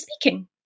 speaking